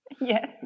Yes